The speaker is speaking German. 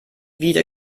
wieder